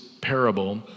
parable